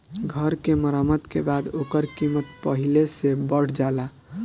घर के मरम्मत के बाद ओकर कीमत पहिले से बढ़ जाला